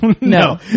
no